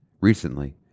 Recently